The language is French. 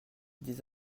des